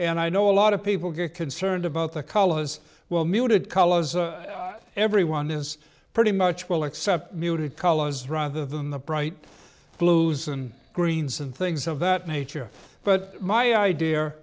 and i know a lot of people get concerned about the color as well muted colors and everyone is pretty much well except muted colors rather than the bright blues and greens and things of that nature but my idea